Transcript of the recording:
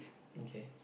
okay